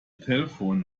telephone